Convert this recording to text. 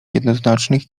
jednoznacznych